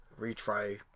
retry